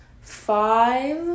Five